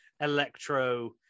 Electro